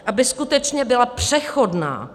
Aby skutečně byla přechodná!